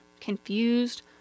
confused